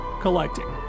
collecting